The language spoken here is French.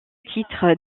titre